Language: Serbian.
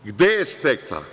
Gde je stekla?